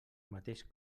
mateix